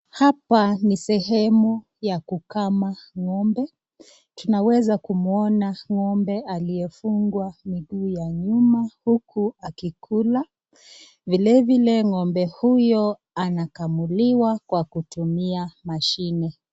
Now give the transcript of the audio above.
Hapa ni sehemu ya kukama ng'ombe. Tunaweza kumuona ng'ombe aliyefungwa miguu ya nyuma huku akikula. Vile vile ng'ombe huyo anakamuliwa kwa kutumia mashine.